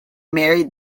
married